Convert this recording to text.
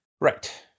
right